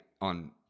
on